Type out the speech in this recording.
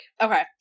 Okay